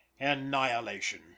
annihilation